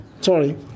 sorry